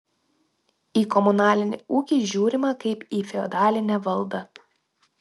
į komunalinį ūkį žiūrima kaip į feodalinę valdą